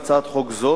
בהצעת חוק זו,